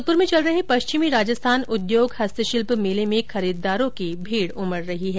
जोधपुर में चल रहे पश्चिमी राजस्थान उद्योग हस्तशिल्प मेले में खरीददारों की भीड़ उमड रही है